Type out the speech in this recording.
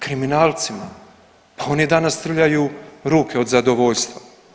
Kriminalcima, pa oni danas trljaju ruke od zadovoljstva.